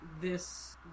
this-